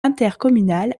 intercommunale